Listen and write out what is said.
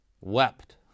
wept